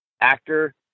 actor